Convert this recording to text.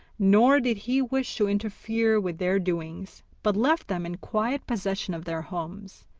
nor did he wish to interfere with their doings, but left them in quiet possession of their homes,